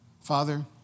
Father